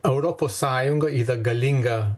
europos sąjunga yra galinga